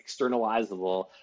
externalizable